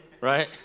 right